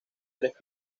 tres